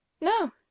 No